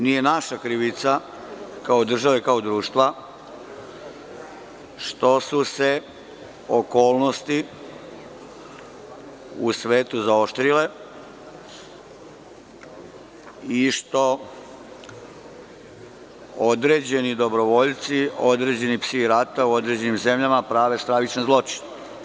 Nije naša krivica kao države i kao društva što su se okolnosti u svetu zaoštrile i što određeni dobrovoljci, određeni „Psi rata“ u određenim zemljama prave stravične zločine.